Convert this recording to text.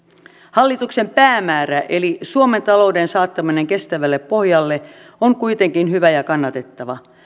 hallituksen päämäärä eli suomen talouden saattaminen kestävälle pohjalle on kuitenkin hyvä ja kannatettava